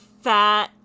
fat